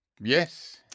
Yes